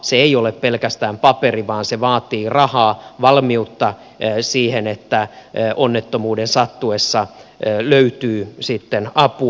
se ei ole pelkästään paperi vaan vaatii rahaa valmiutta siihen että onnettomuuden sattuessa löytyy apua